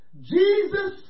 Jesus